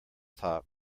top